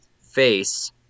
face